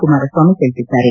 ಕುಮಾರಸ್ನಾಮಿ ತಿಳಿಸಿದ್ದಾರೆ